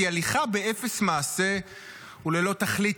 היא הליכה באפס מעשה וללא תכלית,